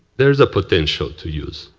there's a potential to use.